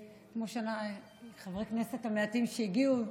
חברי הכנסת המעטים שהגיעו,